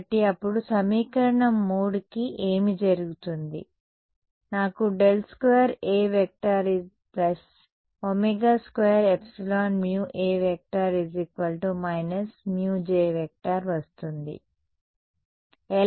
కాబట్టి అప్పుడు సమీకరణం 3కి ఏమి జరుగుతుంది నాకు ∇2 A ω2εμA μJ వస్తుంది